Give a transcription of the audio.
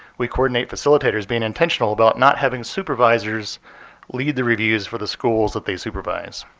we coordinate facilitators being intentional about not having supervisors lead the reviews for the schools that they supervise.